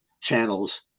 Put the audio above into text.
channels